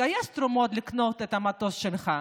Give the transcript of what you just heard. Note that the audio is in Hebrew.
תגייס תרומות לקנות את המטוס שלך,